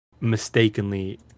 Mistakenly